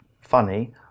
funny